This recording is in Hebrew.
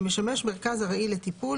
שמשמש מרכז ארעי לטיפול,